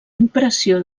impressió